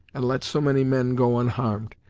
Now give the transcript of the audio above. and let so many men go unharmed?